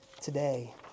today